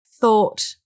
thought